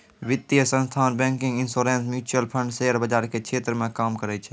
वित्तीय संस्थान banking insurance mutual fund share बाजार के क्षेत्र मे काम करै छै